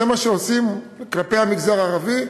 זה מה שעושים כלפי המגזר הערבי,